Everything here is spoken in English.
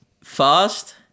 Fast